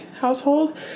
household